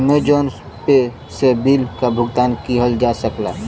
Amazon Pay से bill क भुगतान किहल जा सकला